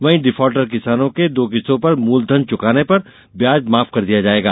वहीं डिफाल्टर किसानों के दो किस्तों पर मूलधन चुकाने पर ब्याज माफ कर दिया जायेगा